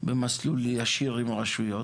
במסלול ישיר עם הרשויות,